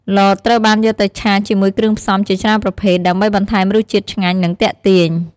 លតត្រូវបានយកទៅឆាជាមួយគ្រឿងផ្សំជាច្រើនប្រភេទ ដើម្បីបន្ថែមរសជាតិឆ្ងាញ់ និងទាក់ទាញ។